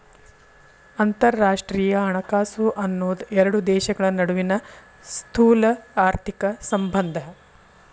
ಅಂತರರಾಷ್ಟ್ರೇಯ ಹಣಕಾಸು ಅನ್ನೋದ್ ಎರಡು ದೇಶಗಳ ನಡುವಿನ್ ಸ್ಥೂಲಆರ್ಥಿಕ ಸಂಬಂಧ